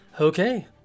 Okay